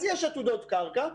אז יש עתודות קרקע,